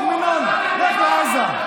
קדימה, רוח מן הון, לך לעזה.